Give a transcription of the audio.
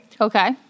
Okay